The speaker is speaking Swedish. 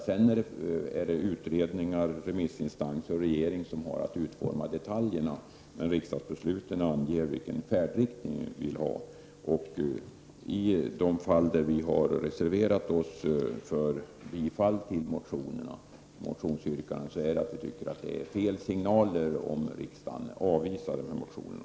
Sedan ankommer det på utredningar, remissinstanser och regeringen att utforma detaljerna, sedan riksdagen igenom sina beslut angett färdriktningen. I de fall vi har reserverat oss för bifall till motionsyrkanden beror det på att vi anser att det ger fel signaler om riksdagen avslår dessa yrkanden.